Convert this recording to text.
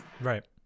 Right